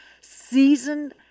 seasoned